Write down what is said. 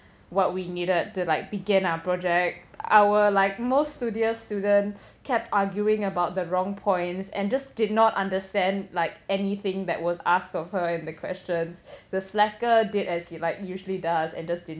what we needed to like began our project our like most studious student kept arguing about the wrong points and just did not understand like anything that was asked of her and the questions the slacker did as he like usually does and just didn't